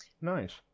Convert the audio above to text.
nice